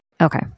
Okay